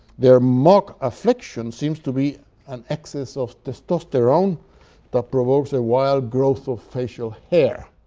their mock affliction seems to be an excess of testosterone that provokes a wild growth of facial hair.